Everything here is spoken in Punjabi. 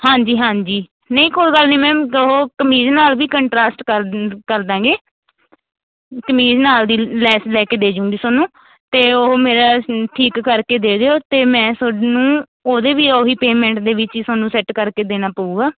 ਹਾਂਜੀ ਹਾਂਜੀ ਨਹੀਂ ਕੋਈ ਗੱਲ ਨਹੀਂ ਮੈਮ ਉਹ ਕਮੀਜ਼ ਨਾਲ ਦੀ ਕੰਟਰਾਸਟ ਕਰਦੂੰ ਕਰ ਦਾਂਗੇ ਕਮੀਜ਼ ਨਾਲ ਦੀ ਲੈਸ ਲੈ ਕੇ ਦੇ ਜੂੰਗੀ ਤੁਹਾਨੂੰ ਅਤੇ ਉਹ ਮੇਰਾ ਠੀਕ ਕਰਕੇ ਦੇ ਦਿਓ ਅਤੇ ਮੈਂ ਤੁਹਾਨੂੰ ਉਹਦੇ ਵੀ ਉਹੀ ਪੇਮੈਂਟ ਦੇ ਵਿੱਚ ਹੀ ਤੁਹਾਨੂੰ ਸੈਟ ਕਰਕੇ ਦੇਣਾ ਪਊਗਾ